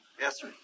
Yes